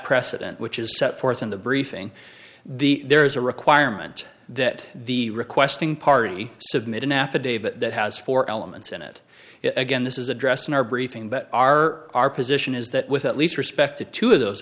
precedent which is set forth in the briefing the there is a requirement that the requesting party submit an affidavit that has four elements in it again this is addressed in our briefing but our our position is that with at least respect to two of those